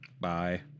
Bye